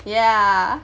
yeah